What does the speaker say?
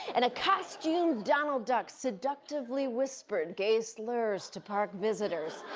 and a costume donald duck seductively whispered gay slurs to park visitors.